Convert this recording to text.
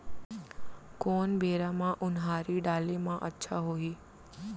कोन बेरा म उनहारी डाले म अच्छा होही?